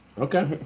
okay